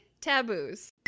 taboos